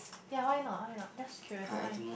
ya why not why not just curious why not